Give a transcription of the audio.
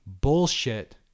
bullshit